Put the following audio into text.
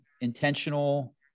intentional